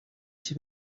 iki